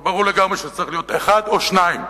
אבל ברור לגמרי שצריך להיות אחד או שניים,